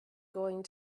going